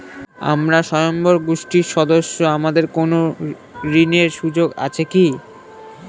আমরা স্বয়ম্ভর গোষ্ঠীর সদস্য আমাদের কোন ঋণের সুযোগ আছে কি?